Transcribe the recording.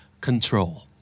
control